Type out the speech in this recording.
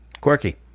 quirky